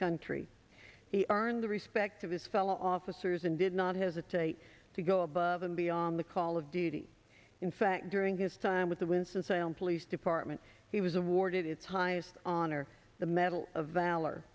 country we are the respect of his fellow officers and did not hesitate to go above and beyond the call of duty in fact during his time with the winston salem police department he was awarded its highest honor the medal of valor